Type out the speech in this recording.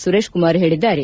ಸುರೇಶ್ ಕುಮಾರ್ ಹೇಳಿದ್ದಾರೆ